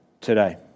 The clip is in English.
today